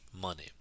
money